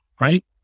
right